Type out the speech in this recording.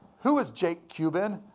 who is jake cuban?